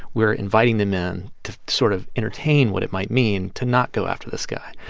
we're inviting them in to sort of entertain what it might mean to not go after this guy.